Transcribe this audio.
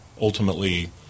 ultimately